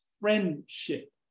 friendship